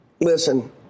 Listen